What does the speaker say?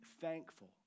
thankful